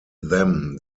them